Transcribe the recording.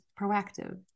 proactive